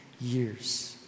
years